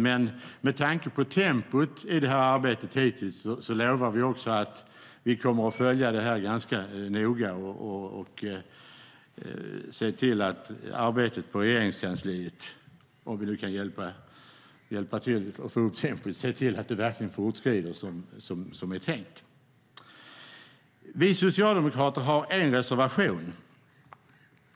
Men med tanke på tempot i det här arbetet hittills lovar vi också att vi kommer att följa det här ganska noga och se till att arbetet på Regeringskansliet, om vi nu kan hjälpa till att få upp tempot, verkligen fortskrider som det är tänkt. Vi socialdemokrater har en reservation.